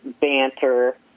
banter